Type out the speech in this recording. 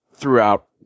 Throughout